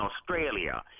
Australia